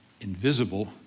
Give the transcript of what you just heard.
invisible